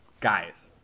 guys